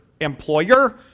employer